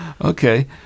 okay